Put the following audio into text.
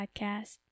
podcast